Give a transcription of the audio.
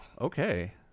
Okay